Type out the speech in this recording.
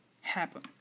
happen